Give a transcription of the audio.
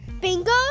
Bingo